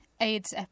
aids